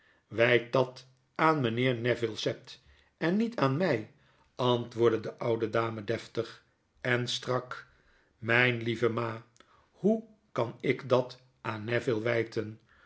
wyt dat aan meneer neville sept en niet aan my antwoordde de oude dame deftig en strak t myh lieve ma hoe kan ik dat aan neville wijten